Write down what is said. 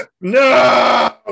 no